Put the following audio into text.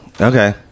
okay